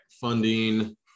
funding